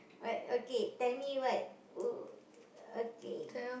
right okay tell me what wh~ okay